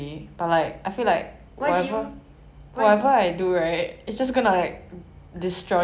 um maybe chilli flakes would have saved it a bit I don't know